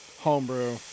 Homebrew